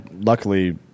luckily